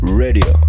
radio